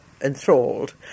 enthralled